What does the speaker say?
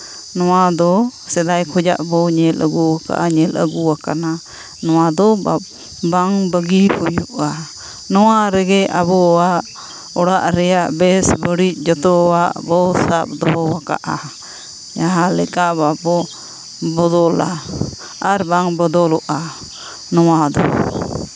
ᱱᱚᱣᱟᱫᱚ ᱥᱮᱫᱟᱭ ᱠᱷᱚᱱᱟᱜ ᱵᱚᱱ ᱧᱮᱞ ᱟᱹᱜᱩ ᱠᱟᱜᱼᱟ ᱧᱮᱞ ᱟᱹᱜᱩ ᱟᱠᱟᱱᱟ ᱱᱚᱣᱟ ᱫᱚ ᱵᱟᱝ ᱵᱟᱹᱜᱤ ᱦᱩᱭᱩᱜᱼᱟ ᱱᱚᱣᱟ ᱨᱮᱜᱮ ᱟᱵᱚᱣᱟᱜ ᱚᱲᱟᱜ ᱨᱮᱭᱟᱜ ᱵᱮᱥ ᱵᱟᱹᱲᱤᱡ ᱡᱚᱛᱚᱣᱟᱜ ᱵᱚᱱ ᱥᱟᱵ ᱫᱚᱦᱚ ᱟᱠᱟᱫᱟ ᱡᱟᱦᱟᱸᱞᱮᱠᱟ ᱵᱟᱵᱚ ᱵᱚᱫᱚᱞᱟ ᱟᱨ ᱵᱟᱝ ᱵᱚᱫᱚᱞᱚᱜᱼᱟ ᱱᱚᱣᱟ ᱫᱚ